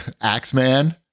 Axeman